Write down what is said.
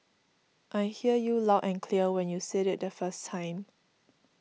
I hear you loud and clear when you said it the first time